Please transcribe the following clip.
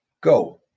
go